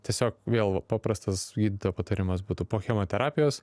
tiesiog vėl paprastas gydytojo patarimas būtų po chemoterapijos